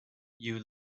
you